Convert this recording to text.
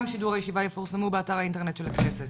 שידורי הישיבה יפורסמו באתר האינטרנט של הכנסת,